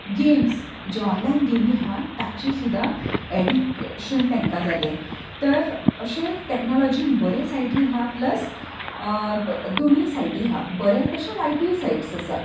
games ज्यो online गेमी हा ताचीं सुद्दां एडिक्क एडिक्शन तांकां जालें तर अशें टेक्नोलाॅजीन बरें सायडी हा प्लस तर दोनी सायडी हा बरें तशें वायटूय सायड्स आसा